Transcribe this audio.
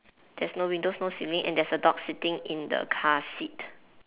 there's no windows no ceiling and there's a dog sitting in the car seat